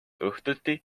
õhtuti